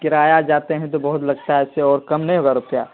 کرایہ جاتے ہیں تو بہت لگتا ہے اس سے اور کم نہیں ہوگا روپیہ